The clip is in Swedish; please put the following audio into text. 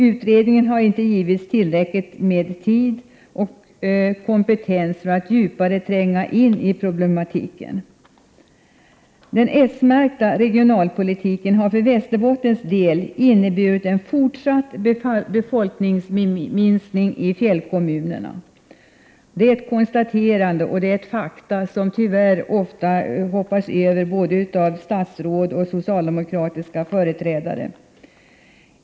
Utredningen har inte givits tillräckligt med tid och kompetens för att djupare tränga in i problematiken. Den s-märkta regionalpolitiken har för Västerbottens del inneburit en fortsatt befolkningsminskning i fjällkommunerna. Det är ett faktum som tyvärr ofta hoppas över både av statsråd och av andra socialdemokratiska företrädare.